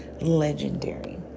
legendary